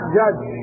judge